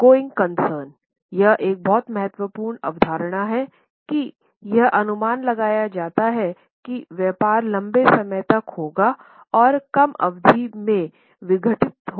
going concern यह एक बहुत महत्वपूर्ण धारणा है कि यह अनुमान लगाया जाता है कि व्यापार लंबे समय तक होगा और कम अवधि में विघटित होने की संभावना नहीं है